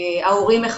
ההורים,